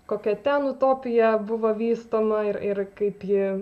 kokia ten utopija buvo vystoma ir ir kaip ji